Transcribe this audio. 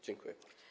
Dziękuję.